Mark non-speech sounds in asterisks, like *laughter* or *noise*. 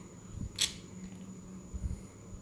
*noise*